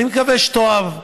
אני מקווה שתאהב.